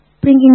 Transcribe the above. Bringing